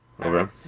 Okay